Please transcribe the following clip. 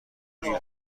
روی